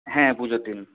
হ্যাঁ পুজোর দিন